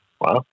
Wow